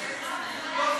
תודה.